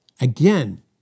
again